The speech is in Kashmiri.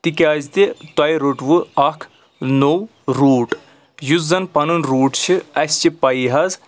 تِکیٛاز تہِ تۄہہِ روٚٹوٕ اکھ نوٚو روٗٹ یُس زَن پَنُن روٗٹ چھِ اَسہِ چھِ پَیی حظ